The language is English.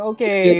Okay